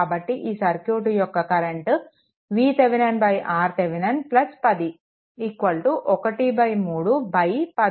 కాబట్టి ఈ సర్క్యూట్ యొక్క కరెంట్ VThevenin RThevenin 10 13 13